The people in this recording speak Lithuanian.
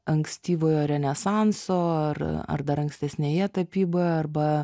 ankstyvojo renesanso ar ar dar ankstesnėje tapyboje arba